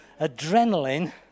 adrenaline